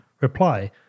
Reply